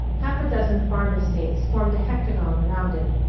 half a dozen farm-estates formed a hectagon around it,